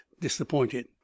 disappointed